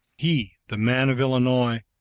he, the man of illinois,